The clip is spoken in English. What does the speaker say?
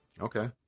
Okay